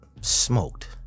smoked